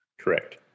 Correct